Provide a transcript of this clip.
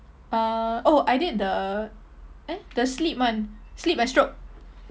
uh oh I did the eh the slip one slip and slip and stroke